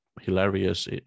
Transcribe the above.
hilarious